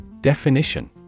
Definition